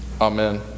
Amen